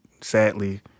sadly